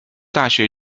大学